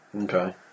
Okay